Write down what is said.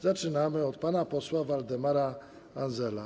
Zaczynamy od pana posła Waldemara Andzela.